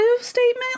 statement